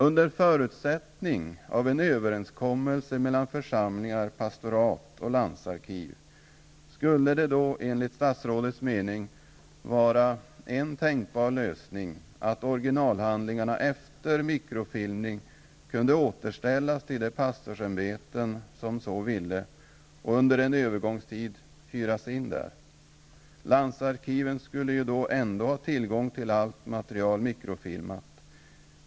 Under förutsättning av en överenskommelse mellan församlingar, pastorat och landsarkiv, skulle det då enligt statsrådets mening vara en tänkbar lösning att originalhandlingarna efter mikrofilmning kunde återställas till de pastorsämbeten som så önskar och under en övergångstid hyras in där. Landsarkiven skulle i så fall ändå ha tillgång till allt material mikrofilmat.